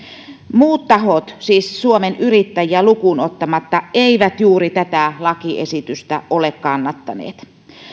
muut tahot siis suomen yrittäjiä lukuun ottamatta eivät tätä lakiesitystä juuri ole kannattaneet